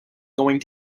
going